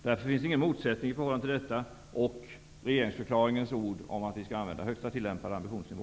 Därför finns det ingen motsättning i förhållande till detta och regeringsförklaringens ord om att vi skall använda högsta tillämpade ambitionsnivå.